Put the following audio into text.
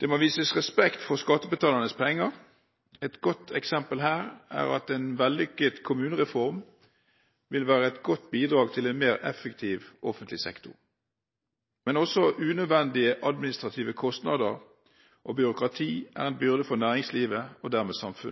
Det må vises respekt for skattebetalernes penger. Et godt eksempel her er at en vellykket kommunereform vil være et godt bidrag til en mer effektiv offentlig sektor. Men også unødvendige administrative kostnader og byråkrati er en byrde for